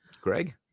Greg